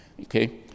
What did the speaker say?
Okay